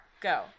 Go